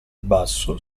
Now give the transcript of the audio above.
basso